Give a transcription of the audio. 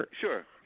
Sure